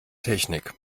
technik